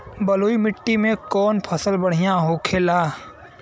बलुई मिट्टी में कौन फसल बढ़ियां होखे ला?